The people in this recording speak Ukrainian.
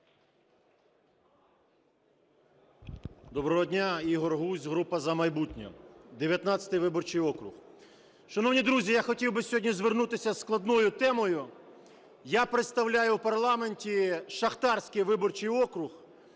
Доброго дня. Ігор Гузь, група "За майбутнє", 19 виборчий округ. Шановні друзі, я хотів би сьогодні звернутися зі складною темою. Я представляю в парламенті шахтарський виборчий округ,